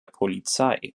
polizei